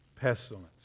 pestilence